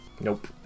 Nope